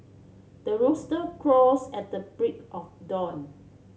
the rooster crows at the break of dawn